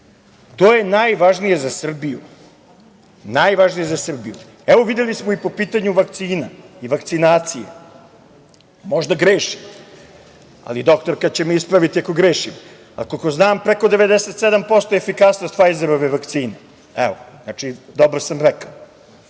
To je najvažnije za Srbiju. Videli smo i po pitanju vakcina i vakcinacije. Možda grešim, ali doktorka će me ispraviti ako grešim, koliko znam, preko 97% je efikasnost Fajzerove vakcine. Znači, dobro sam rekao,